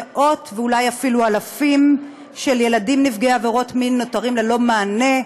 מאות ואולי אפילו אלפי ילדים נפגעי עבירות מין נותרים ללא מענה,